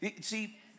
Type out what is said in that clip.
See